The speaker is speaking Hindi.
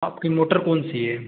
आपकी मोटर कौन सी है